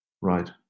Right